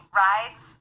rides